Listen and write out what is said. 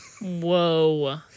Whoa